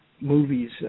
movies